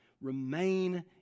Remain